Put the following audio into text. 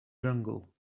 jungle